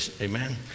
Amen